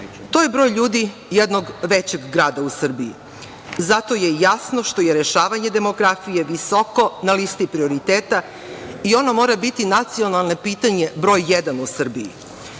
To je broj ljudi jednog većeg grada u Srbiji. Zato je jasno što je rešavanje demografije visoko na listi prioriteta i ono mora biti nacionalno pitanje broj jedan u Srbiji. Bez